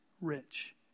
rich